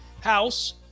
house